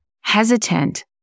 hesitant